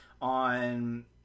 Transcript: on